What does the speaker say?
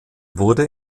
wurde